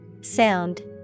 Sound